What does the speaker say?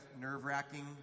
nerve-wracking